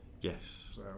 Yes